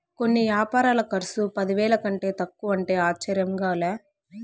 కొన్ని యాపారాల కర్సు పదివేల కంటే తక్కువంటే ఆశ్చర్యంగా లా